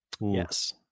yes